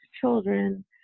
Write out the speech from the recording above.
children